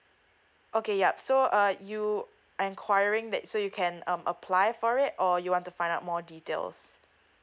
okay yup so uh you enquiring that so you can um apply for it or you want to find out more details